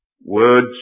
words